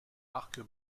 arc